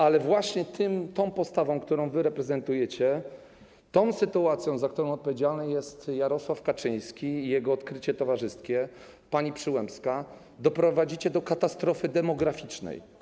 Ale właśnie tą postawą, którą wy reprezentujecie, tą sytuacją, za którą odpowiedzialny jest Jarosław Kaczyński i jego odkrycie towarzyskie, pani Przyłębska, doprowadzicie do katastrofy demograficznej.